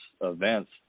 events